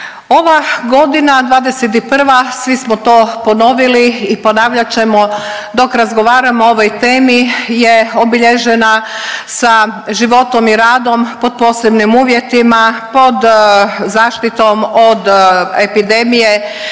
Ova godina '21. svi smo to ponovili i ponavljat ćemo dok razgovaramo o ovoj temi je obilježena sa životom i radom pod posebnim uvjetima, pod zaštitom od epidemije